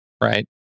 right